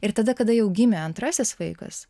ir tada kada jau gimė antrasis vaikas